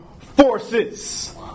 forces